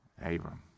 Abram